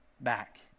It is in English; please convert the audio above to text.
back